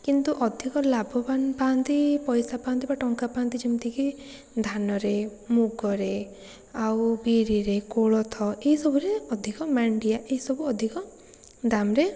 କିନ୍ତୁ ଅଧିକ ଲାଭବାନ ପାଆନ୍ତି ପଇସା ପାଆନ୍ତି ବା ଟଙ୍କା ପାଆନ୍ତି ଯେମିତିକି ଧାନରେ ମୁଗରେ ଆଉ ବିରିରେ କୋଳଥ ଏଇ ସବୁରେ ଅଧିକ ମାଣ୍ଡିଆ ଏହିସବୁ ଅଧିକ ଦାମ୍ରେ